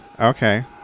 Okay